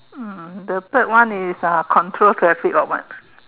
um the third one is uh control traffic or what